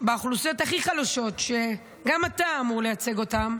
באוכלוסיות הכי חלשות, שגם אתה אמור לייצג אותם,